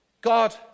God